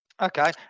Okay